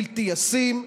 בלתי ישים,